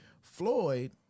Floyd